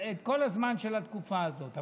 את כל הזמן של התקופה הזאת.